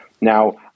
Now